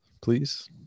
Please